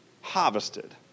harvested